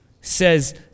says